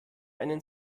einen